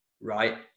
right